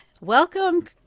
Welcome